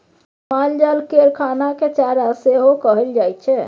मालजाल केर खाना केँ चारा सेहो कहल जाइ छै